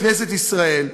בכנסת ישראל,